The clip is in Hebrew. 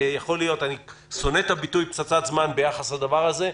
אני שונא את הביטוי "פצצת זמן" ביחס לדבר הזה,